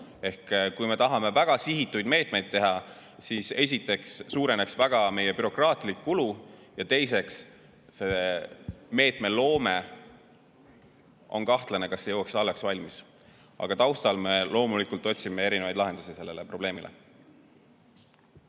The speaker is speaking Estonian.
Kui me tahame väga sihitud meetmeid teha, siis esiteks suureneks väga meie bürokraatlik kulu ja teiseks on kahtlane, kas see meetmeloome jõuaks talveks valmis. Aga taustal me loomulikult otsime erinevaid lahendusi sellele probleemile.